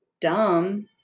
Dumb